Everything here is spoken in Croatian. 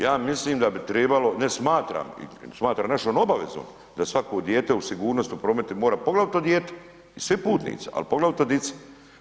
Ja mislim da bi tribalo, ne smatram, smatram našom obavezom da svako dijete u sigurnost u prometu mora poglavito dijete i svi putnici, a poglavito dica.